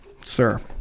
Sir